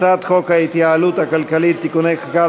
הצעת חוק ההתייעלות הכלכלית (תיקוני חקיקה